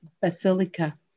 basilica